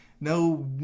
no